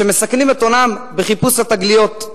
שמסכנים את הונם בחיפוש התגליות,